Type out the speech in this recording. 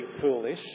foolish